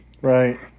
Right